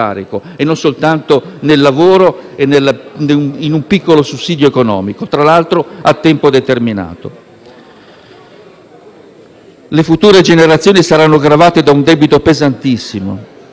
non soltanto nel lavoro, in un piccolo sussidio economico, peraltro a tempo determinato. Le future generazioni saranno gravate da un debito pesantissimo: